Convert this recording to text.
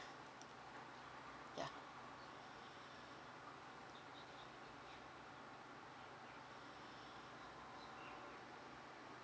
ya